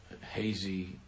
hazy